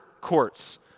courts